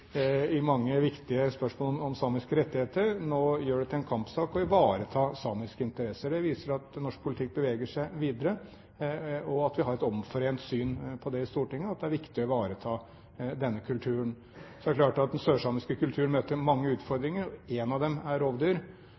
mange viktige spørsmål om samiske rettigheter, nå gjør det til en kampsak å ivareta samiske interesser. Det viser at norsk politikk beveger seg videre, og at vi i Stortinget har et omforent syn på at det er viktig å ivareta denne kulturen. Så er det klart at den sørsamiske kulturen møter mange utfordringer, og én av dem er rovdyr.